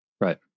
Right